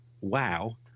wow